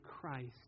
Christ